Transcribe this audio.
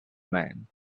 man